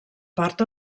part